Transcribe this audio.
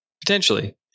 potentially